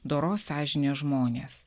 doros sąžinės žmonės